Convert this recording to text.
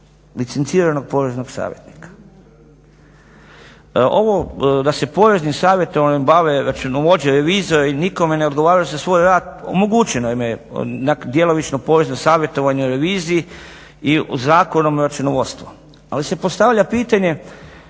licenciranog poreznog savjetnika. Ovo da se poreznim savjetovanjem bave računovođe, revizori i nikome ne odgovaraju za svoj rad, omogućeno im je djelomično porezno savjetovanje o reviziji i Zakonom o računovodstvu. Ali se postavlja pitanje